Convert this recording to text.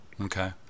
Okay